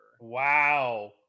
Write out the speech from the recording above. wow